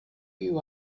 you